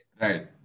right